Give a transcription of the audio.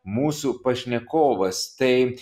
mūsų pašnekovas taip